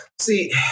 See